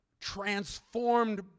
transformed